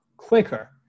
quicker